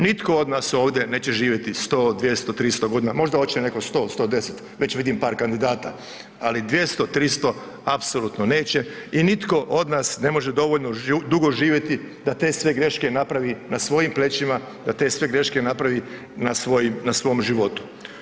Nitko od nas ovdje neće živjeti 100, 200, 3000 g., možda hoće netko 100, 110, već vidim par kandidata, ali 200, 300 apsolutno neće i nitko od nas ne može dovoljno dugo živjeti da te sve greške napravi na svojim plećima, da te sve greške napravi na svom životu.